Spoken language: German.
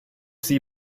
sie